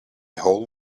whole